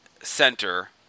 center